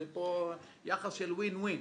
זה פה יחס של winwin,